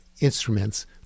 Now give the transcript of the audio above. instruments